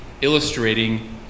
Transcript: illustrating